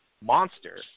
monster